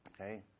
Okay